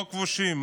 לא כבושים,